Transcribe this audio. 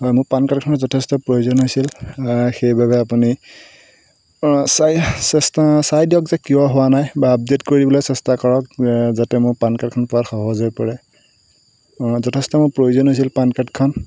হয় মোৰ পান কাৰ্ডখনৰ যথেষ্ট প্ৰয়োজন হৈছিল সেইবাবে আপুনি চাই চেষ্টা চাই দিয়ক যে কিয় হোৱা নাই বা আপডেট কৰিবলৈ চেষ্টা কৰক যাতে মোৰ পান কাৰ্ডখন পোৱাত সহজ হৈ পৰে যথেষ্ট মোক প্ৰয়োজন হৈছিল পান কাৰ্ডখন